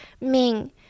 Ming